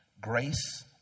grace